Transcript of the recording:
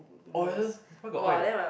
oil where got oil